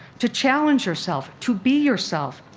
to challenge yourself, to be yourself,